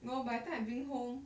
no by the time I bring home